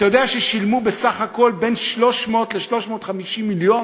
אתה יודע ששילמו בסך הכול בין 300 ל-350 מיליון?